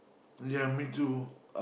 ya me too